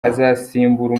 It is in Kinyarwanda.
azasimbura